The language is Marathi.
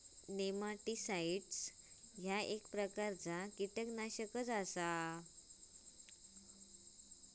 नेमाटीसाईट्स ह्या एक प्रकारचा कीटकनाशक आसा